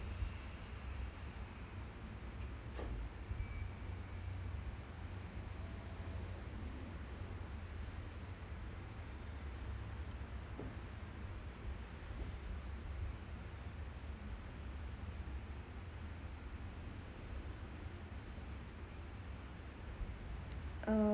uh